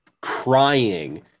crying